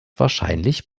wahrscheinlich